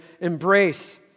embrace